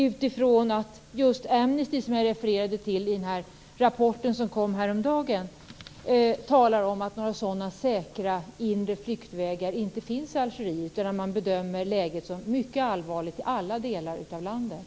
Amnesty talar i den rapport som kom häromdagen, som jag refererade till, om att det inte finns några sådana säkra inre flyktvägar i Algeriet. Man bedömer läget som mycket allvarligt i alla delar av landet.